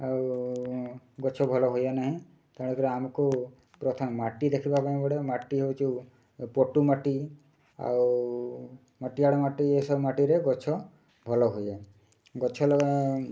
ଆଉ ଗଛ ଭଲ ହୁଏ ନାହିଁ ତେଣୁକରି ଆମକୁ ପ୍ରଥମେ ମାଟି ଦେଖିବା ପାଇଁ ଗୋଟେ ମାଟି ହେଉଛି ପଟୁ ମାଟି ଆଉ ମଟାଳିଆ ମାଟି ଏସବୁ ମାଟିରେ ଗଛ ଭଲ ହୁଏ ଗଛ ଲଗା